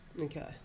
Okay